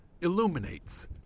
illuminates